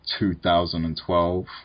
2012